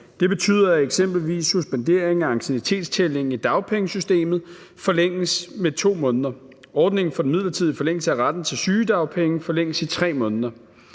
Det betyder, at eksempelvis suspenderingen af anciennitetstællingen i dagpengesystemet forlænges med 2 måneder. Ordningen for den midlertidige forlængelse af retten til sygedagpenge forlænges i 3 måneder.